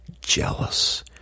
jealous